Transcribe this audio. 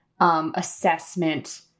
assessment